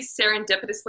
serendipitously